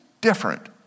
different